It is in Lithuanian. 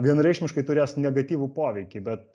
vienareikšmiškai turės negatyvų poveikį bet